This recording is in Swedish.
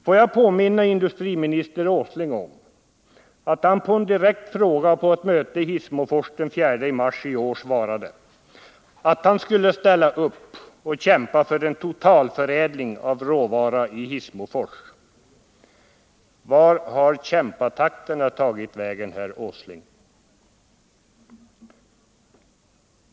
Får jag påminna industriminister Åsling om att han på en direkt fråga på ett möte i Hissmofors den 4 mars i år svarade, att han skulle ställa upp och kämpa för en totalförädling av råvara i Hissmofors. Vart har kämpatakterna tagit vägen, herr Åsling?